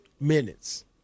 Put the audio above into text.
minutes